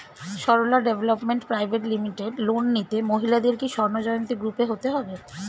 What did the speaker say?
Sarala development private limited loan নিতে মহিলাদের কি স্বর্ণ জয়ন্তী গ্রুপে হতে হবে?